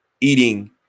eating